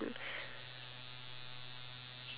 no wait I think yours is times